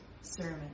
sermon